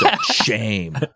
Shame